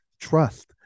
trust